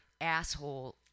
asshole